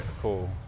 cool